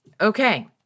Okay